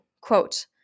quote